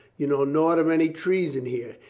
you know naught of any treason here.